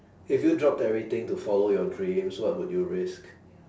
if you dropped everything to follow your dreams what would you risk